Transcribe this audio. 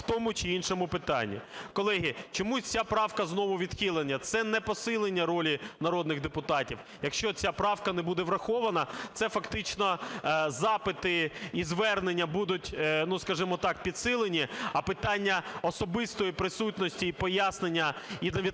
в тому чи іншому питанні. Колеги, чомусь ця правка знову відхилена? Це не посилення ролі народних депутатів. Якщо ця правка не буде врахована, це фактично запити і звернення будуть, ну, скажімо так, підсилені, а питання особистої присутності і пояснення для